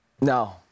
no